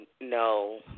no